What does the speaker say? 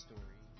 Story